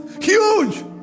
Huge